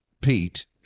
Pete